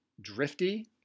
drifty